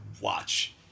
watch